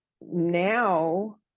now